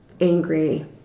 angry